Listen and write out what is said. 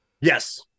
Yes